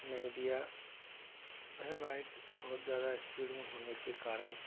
नहीं दिया वेह बाइक बहुत ज़्यादा स्पीड में होने के कारण